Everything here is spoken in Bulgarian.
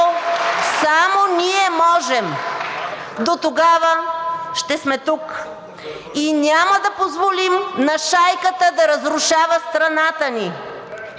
само ние можем. Дотогава ще сме тук и няма да позволим на шайката да разрушава страната ни,